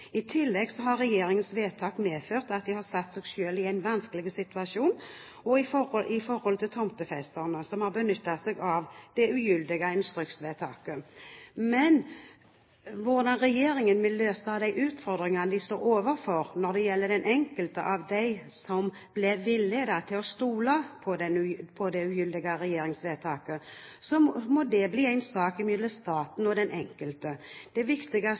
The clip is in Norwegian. I tillegg har regjeringens vedtak medført at den har satt seg selv i en vanskelig situasjon, òg i forhold til tomtefesterne som har benyttet seg av det ugyldige instruksvedtaket. Men hvordan regjeringen vil løse de utfordringene den står overfor når det gjelder den enkelte som ble villedet til å stole på det ugyldige vedtaket, må bli en sak mellom staten og den enkelte. Det viktigste